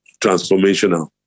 transformational